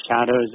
shadows